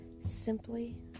simply